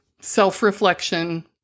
self-reflection